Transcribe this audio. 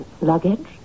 luggage